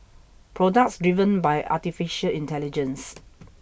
products driven by artificial intelligence